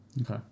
Okay